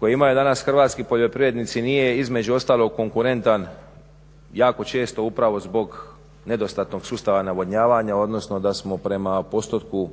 koje imaju danas hrvatski poljoprivrednici nije između ostalog konkurentan, jako često upravo zbog nedostatnog sustava navodnjavanja odnosno da smo prema postotku